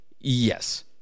yes